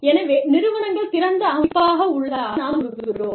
எனவே நிறுவனங்கள் திறந்த அமைப்பாக உள்ளதாக நாம் கூறுகிறோம்